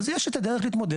אז יש את הדרך להתמודד.